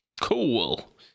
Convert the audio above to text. Cool